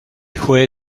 fue